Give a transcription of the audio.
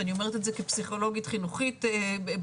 ואני אומרת את זה כפסיכולוגית חינוכית בכירה.